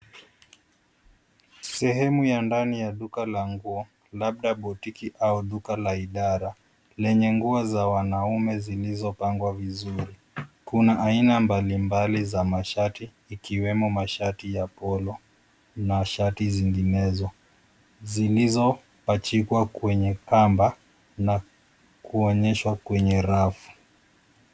Sehemu ya ndani ya duka la nguo labda botiki au duka la idara lenye nguo za wanaume zilizopangwa vizuri, kuna aina mbali mbali za mashati ikiwemo mashati ya polo na shati zinginezo zilizopachikwa kwenye kamba na kuonyeshwa kwenye rafu.